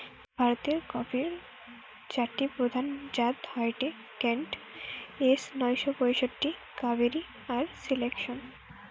ভারতের কফির চারটি প্রধান জাত হয়ঠে কেন্ট, এস নয় শ পয়ষট্টি, কাভেরি আর সিলেকশন